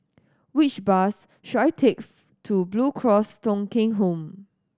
which bus should I takes to Blue Cross Thong Kheng Home